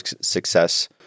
success